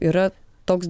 yra toks